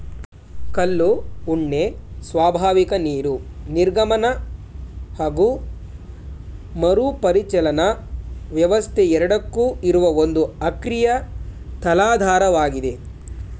ಕಲ್ಲು ಉಣ್ಣೆ ಸ್ವಾಭಾವಿಕ ನೀರು ನಿರ್ಗಮನ ಹಾಗು ಮರುಪರಿಚಲನಾ ವ್ಯವಸ್ಥೆ ಎರಡಕ್ಕೂ ಇರುವ ಒಂದು ಅಕ್ರಿಯ ತಲಾಧಾರವಾಗಿದೆ